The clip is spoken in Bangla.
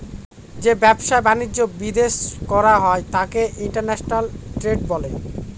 যে ব্যবসা বাণিজ্য বিদেশ করা হয় তাকে ইন্টারন্যাশনাল ট্রেড বলে